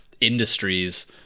industries